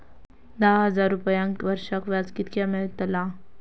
दहा हजार रुपयांक वर्षाक व्याज कितक्या मेलताला?